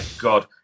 God